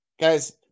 guys